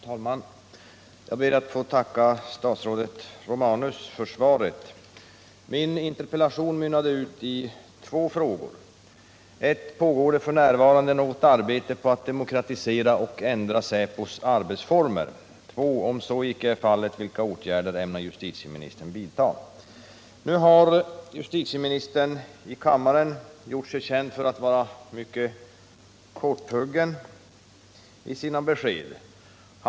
Herr talman! Jag ber att få tacka statsrådet Romanus för svaret på min interpellation. Denna mynnade ut i två frågor: 1. Pågår det f. n. något arbete på att demokratisera och ändra säpos arbetsformer? Justitieministern har i kammaren gjort sig känd för att vara mycket korthuggen i sina besked.